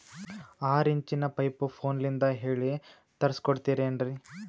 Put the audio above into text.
ಆರಿಂಚಿನ ಪೈಪು ಫೋನಲಿಂದ ಹೇಳಿ ತರ್ಸ ಕೊಡ್ತಿರೇನ್ರಿ?